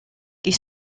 ils